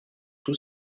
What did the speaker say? tout